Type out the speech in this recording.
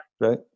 right